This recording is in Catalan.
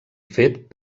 fet